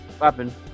weapon